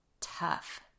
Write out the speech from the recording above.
tough